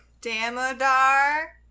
Damodar